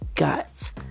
guts